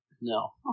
no